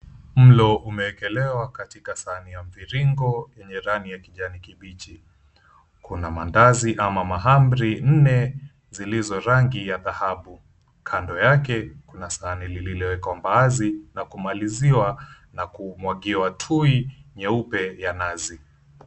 Mlo umeekelewa katika sahani ya mviringo yenye rangi ya kijani kibichi. Kuna maandazi ama mahamri nne zilizo rangi ya dhahabu. Kando yake kuna sahani lililowekwa mbaazi na kumaliziwa na kumwagiwa tui nyeupe ya nazi.